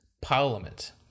parliament